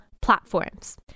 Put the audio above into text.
platforms